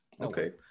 Okay